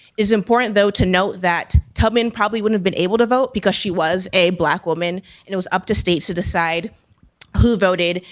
is important though, to note that tubman probably wouldn't have been able to vote because she was a black woman, and it was up to states to decide who voted,